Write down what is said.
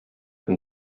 been